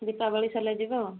ଦୀପାବଳି ସରିଲେ ଯିବ